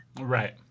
Right